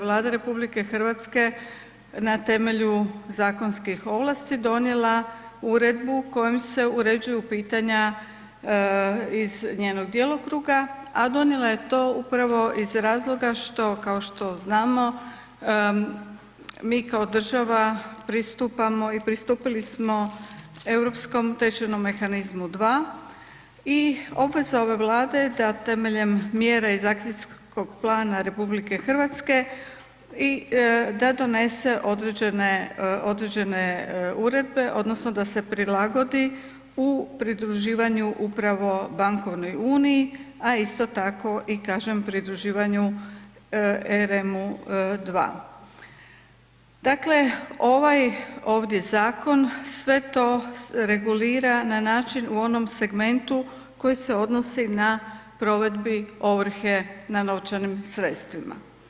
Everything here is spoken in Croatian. Vlada RH na temelju zakonskih ovlasti donijela uredbu kojom se uređuju pitanja iz njenog djelokruga, a donijela je to upravo iz razloga što, kao što znamo mi kao država pristupamo i pristupili smo Europskom tečajnom mehanizmu 2 i obveza ove Vlade je da temeljem mjera iz akcijskog plana RH i da donese određene, određene uredbe odnosno da se prilagodi u pridruživanju upravo bankovnoj uniji, a isto tako i kažem pridruživanju EREM-u 2. Dakle, ovaj ovdje zakon sve to regulira na način u onom segmentu koji se odnosi na provedbi ovrhe na novčanim sredstvima.